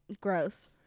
Gross